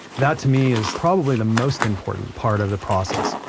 that, to me, is probably the most important part of the process,